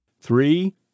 Three